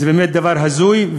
זה באמת דבר הזוי.